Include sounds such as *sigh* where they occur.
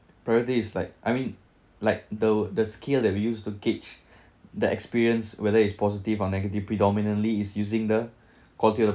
priority is like I mean like the the skill that we use to gauge *breath* the experience whether is positive or negative predominantly is using the *breath* quality of